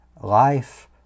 life